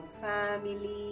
family